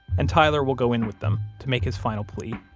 and tyler will go in with them, to make his final plea.